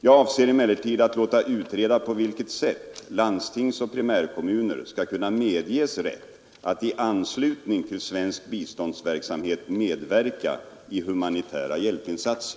Jag avser emellertid att låta utreda på vilket sätt landstingsoch primärkommuner skall kunna medges rätt att i anslutning till svensk biståndsverksamhet medverka i humanitära hjälpinsatser.